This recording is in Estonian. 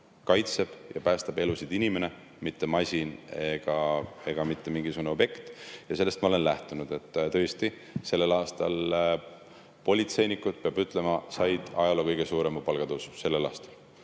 kaitseb ja päästab elusid inimene, mitte masin ega mitte mingisugune objekt. Sellest ma olen lähtunud. Tõesti, sellel aastal politseinikud, peab ütlema, said ajaloo kõige suurema palgatõusu. Päästjad